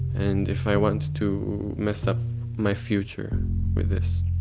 and if i want to mess up my future with this